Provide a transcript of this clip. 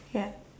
ya